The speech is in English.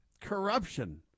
corruption